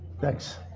Thanks